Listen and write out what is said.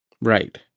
right